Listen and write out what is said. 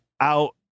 out